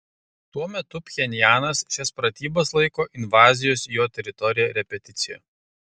tuo metu pchenjanas šias pratybas laiko invazijos į jo teritoriją repeticija